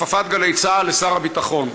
הכפפת גלי צה"ל לשר הביטחון.